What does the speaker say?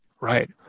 Right